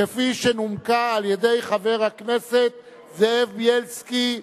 כפי שנומקה על-ידי חבר הכנסת זאב בילסקי,